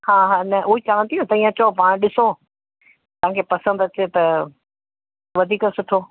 हा हा न उहो ई चवां थी न तव्हीं अचो पाण ॾिसो तव्हांखे पसंदि अचे त वधीक सुठो